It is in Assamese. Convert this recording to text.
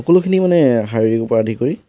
সকলোখিনি মানে শাৰীৰিকৰ পৰা আদি কৰি